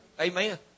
Amen